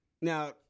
Now